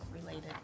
related